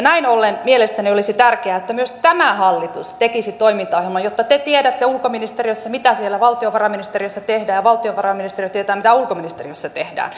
näin ollen mielestäni olisi tärkeää että myös tämä hallitus tekisi toimintaohjelman jotta te tiedätte ulkoministeriössä mitä siellä valtiovarainministeriössä tehdään ja valtiovarainministeriö tietää mitä ulkoministeriössä tehdään